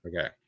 Okay